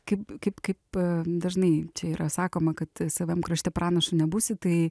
kaip kaip kaip dažnai čia yra sakoma kad savam krašte pranašu nebūsi tai